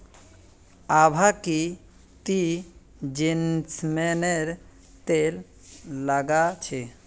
आभा की ती जैस्मिनेर तेल लगा छि